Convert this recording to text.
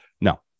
No